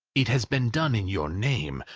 it has been done in your name,